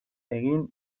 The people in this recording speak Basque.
egin